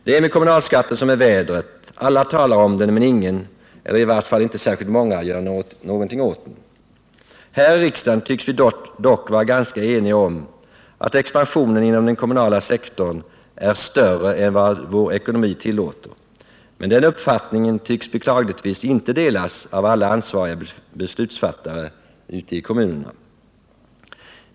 Det är med kommunalskatten som med vädret: alla talar om den, men ingen, eller i vart fall inte särskilt många, gör något åt den. Här i riksdagen tycks vi dock vara ganska eniga om att expansionen inom den kommunala sektorn är större än vad vår ekonomi tillåter. Men den uppfattningen tycks beklagligtvis inte delas av alla ansvariga beslutsfattare ute i kommunerna.